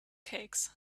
cakes